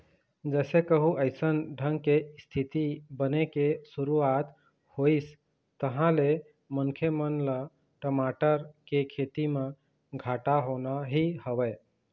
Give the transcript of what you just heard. जइसे कहूँ अइसन ढंग के इस्थिति बने के शुरुवात होइस तहाँ ले मनखे मन ल टमाटर के खेती म घाटा होना ही हवय